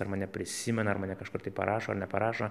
ar mane prisimena ar mane kažkur tai parašo ar neparašo